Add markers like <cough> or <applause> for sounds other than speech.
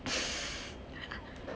<laughs>